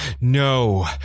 No